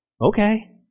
okay